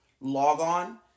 log-on